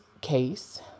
case